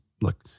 look